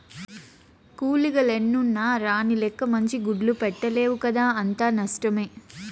కూలీగ లెన్నున్న రాణిగ లెక్క మంచి గుడ్లు పెట్టలేవు కదా అంతా నష్టమే